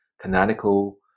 canonical